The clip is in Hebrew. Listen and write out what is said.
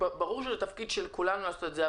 ברור שזה התפקיד של המדינה לעשות את זה,